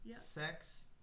sex